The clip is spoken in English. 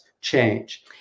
change